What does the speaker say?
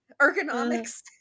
ergonomics